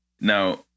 now